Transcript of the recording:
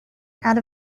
out